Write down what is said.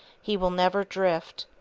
he will never drift,